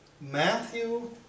Matthew